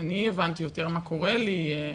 אני הבנתי יותר מה קורה לי.